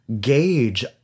gauge